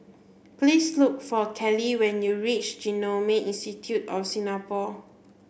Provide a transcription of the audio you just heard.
please look for Kellie when you reach Genome Institute of Singapore